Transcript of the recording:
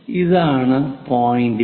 ഇതാണ് point P